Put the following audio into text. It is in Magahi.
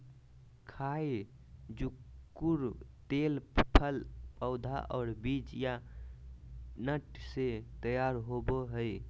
खाय जुकुर तेल फल पौधा और बीज या नट से तैयार होबय हइ